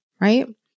right